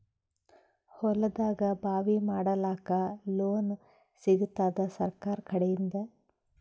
ಹೊಲದಾಗಬಾವಿ ಮಾಡಲಾಕ ಲೋನ್ ಸಿಗತ್ತಾದ ಸರ್ಕಾರಕಡಿಂದ?